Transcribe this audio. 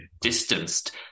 distanced